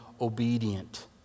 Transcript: obedient